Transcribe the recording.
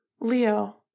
Leo